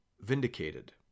vindicated